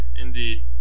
Indeed